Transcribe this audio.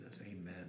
amen